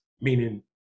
meaning